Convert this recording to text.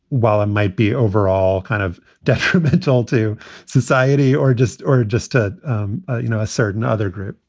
while it might be overall kind of detrimental to society or just. or just to you know a certain other group?